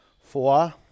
Four